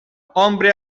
hombre